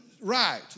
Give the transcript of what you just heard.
Right